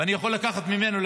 ואני יכול לקחת ממנו,